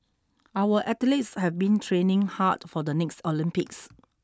our athletes have been training hard for the next Olympics